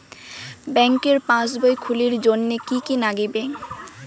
ব্যাঙ্কের পাসবই খুলির জন্যে কি কি নাগিবে?